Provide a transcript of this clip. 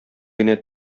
генә